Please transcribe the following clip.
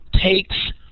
takes